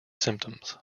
symptoms